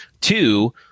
two